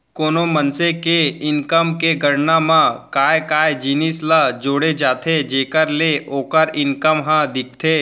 कोनो मनसे के इनकम के गणना म काय काय जिनिस ल जोड़े जाथे जेखर ले ओखर इनकम ह दिखथे?